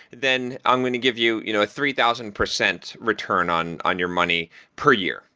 then i'm going to give you you know a three thousand percent return on on your money per year,